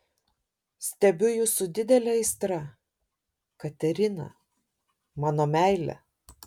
stebiu jus su didele aistra katerina mano meile